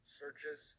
searches